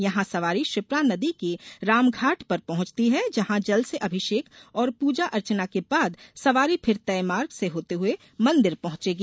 यह सवारी क्षिप्रा नदी के रामघाट पर पहुॅचती है जहां जल से अभिषेक और पूजन अर्चना के बाद सवारी फिर तय मार्ग से होते हुए मन्दिर पहुंचेगी